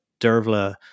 Dervla